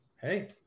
hey